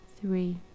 three